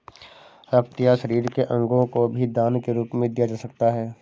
रक्त या शरीर के अंगों को भी दान के रूप में दिया जा सकता है